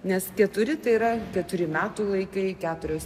nes keturi tai yra keturi metų laikai keturios